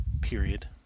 period